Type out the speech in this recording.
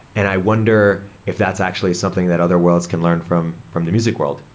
and i wonder if that's actually something that other worlds can learn from from the music world.